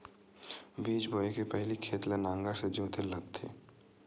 बीज बोय के पहिली खेत ल नांगर से जोतेल लगथे?